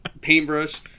paintbrush